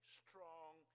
strong